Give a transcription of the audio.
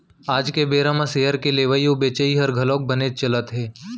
आज के बेरा म सेयर के लेवई अउ बेचई हर घलौक बनेच चलत हे